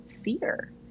fear